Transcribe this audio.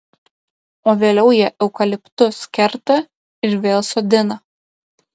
o vėliau jie eukaliptus kerta ir vėl sodina